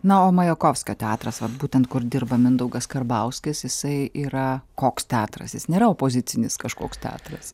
na o majakovskio teatras vat būtent kur dirba mindaugas karbauskis jisai yra koks teatras jis nėra opozicinis kažkoks teatras